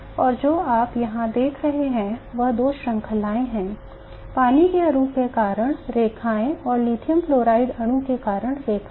और जो आप यहां देख रहे हैं वह दो श्रृंखलाएं हैं पानी के अणु के कारण रेखाएं और लिथियम फ्लोराइड अणु के कारण रेखाएं